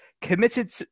committed